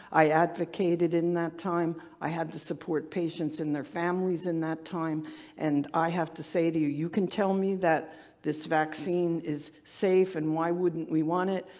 i advocated in that time. i had to support patients and their families in that time and i have to say to you, you can tell me that this vaccine is safe and why wouldn't we want it?